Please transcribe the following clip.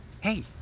Hey